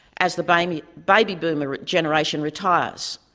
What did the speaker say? as the baby baby boomer generation retires,